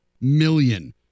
million